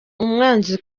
umwanzi